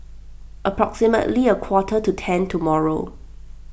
approximately a quarter to ten tomorrow